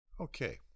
Okay